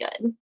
good